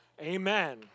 Amen